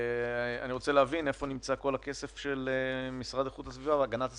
אני רוצה להבין איפה נמצא כל הכסף של המשרד להגנת הסביבה,